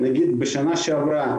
נגיד בשנה שעברה,